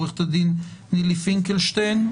עורכת הדין נילי פינקלשטיין,